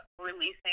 releasing